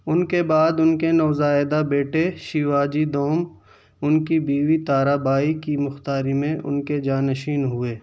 ان کے بعد ان کے نوزائیدہ بیٹے شیواجی دوم ان کی بیوی تارابائی کی مختاری میں ان کے جانشین ہوئے